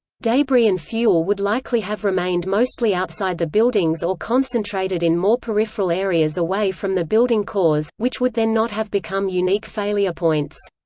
debris and fuel would likely have remained mostly outside the buildings or concentrated in more peripheral areas away from the building cores, which would then not have become unique failure points.